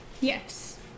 Yes